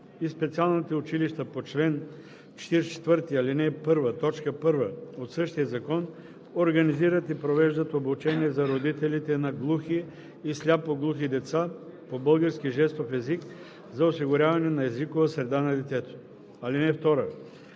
и специалните училища по чл. 44, ал. 1, т. 1 от същия закон организират и провеждат обучения за родителите на глухи и сляпо-глухи деца по български жестов език за осигуряване на езикова среда на детето. (2)